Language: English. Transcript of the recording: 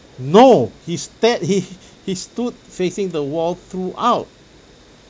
no he stared he he stood facing the wall throughout